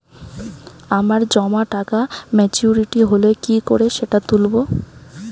আমার জমা টাকা মেচুউরিটি হলে কি করে সেটা তুলব?